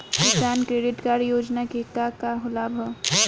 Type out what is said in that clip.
किसान credit card योजना के का का लाभ ह?